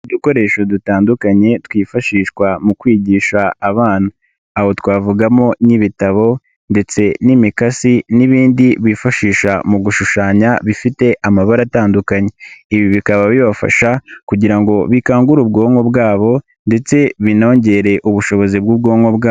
Udukoresho dutandukanye twifashishwa mu kwigisha abana. Aho twavugamo n'ibitabo ndetse n'imikasi n'ibindi bifashisha mu gushushanya bifite amabara atandukanye. Ibi bikaba bibafasha kugira ngo bikangure ubwonko bwabo ndetse binongere ubushobozi bw'ubwonko bwabo.